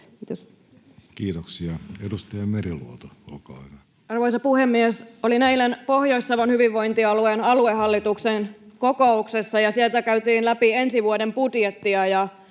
Kiitos. Kiitoksia. — Edustaja Meriluoto, olkaa hyvä. Arvoisa puhemies! Olin eilen Pohjois-Savon hyvinvointialueen aluehallituksen kokouksessa, ja siellä käytiin läpi ensi vuoden budjetteja.